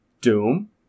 Doom